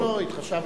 לא, התחשבנו.